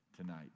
tonight